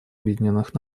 объединенных